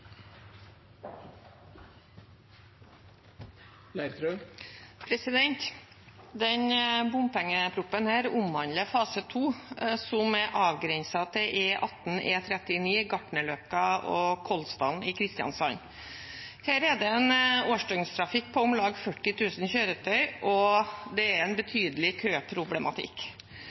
til E18/E39 Gartnerløkka–Kolsdalen i Kristiansand. Her er det en årsdøgntrafikk på om lag 40 000 kjøretøy, og det er en betydelig køproblematikk.